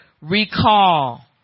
recall